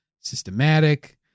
systematic